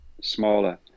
smaller